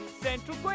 Central